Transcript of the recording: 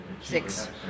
six